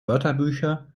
wörterbücher